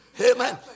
Amen